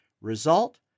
Result